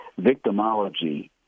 victimology